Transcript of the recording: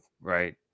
right